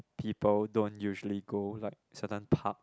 people don't usually go like certain park